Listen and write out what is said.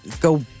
go